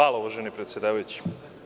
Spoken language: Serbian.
Hvala uvaženi predsedavajući.